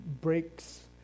breaks